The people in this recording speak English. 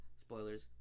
Spoilers